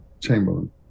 Chamberlain